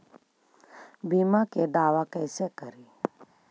बीमा के दावा कैसे करी?